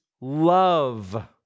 love